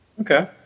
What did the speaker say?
Okay